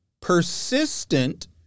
persistent